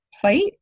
plate